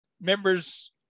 members